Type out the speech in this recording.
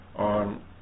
on